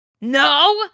no